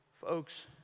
Folks